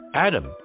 Adam